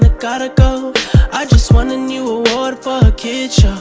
ah gotta go i just won a new award for a kids